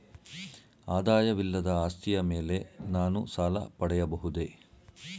ಆದಾಯವಿಲ್ಲದ ಆಸ್ತಿಯ ಮೇಲೆ ನಾನು ಸಾಲ ಪಡೆಯಬಹುದೇ?